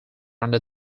under